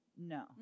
No